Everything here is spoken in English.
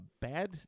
bad